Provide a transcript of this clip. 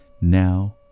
now